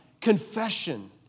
confession